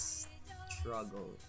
struggle